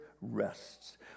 rests